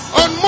on